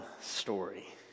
story